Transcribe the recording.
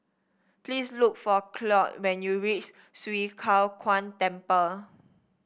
please look for Claud when you reach Swee Kow Kuan Temple